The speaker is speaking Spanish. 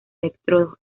electrodos